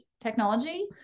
technology